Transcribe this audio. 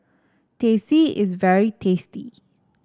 Teh C is very tasty